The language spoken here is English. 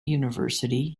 university